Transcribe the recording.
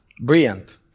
Brilliant